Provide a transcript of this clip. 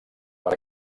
per